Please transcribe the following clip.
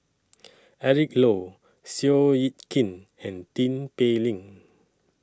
Eric Low Seow Yit Kin and Tin Pei Ling